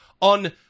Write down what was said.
on